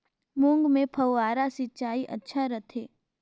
मूंग मे फव्वारा सिंचाई अच्छा रथे?